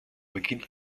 beginn